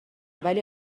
ولی